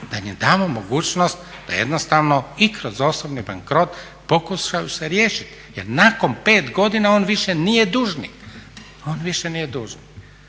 da im damo mogućnost da jednostavno i kroz osobni bankrot pokušaju se riješiti. Jer nakon 5 godina on više nije dužnik. I zato smatram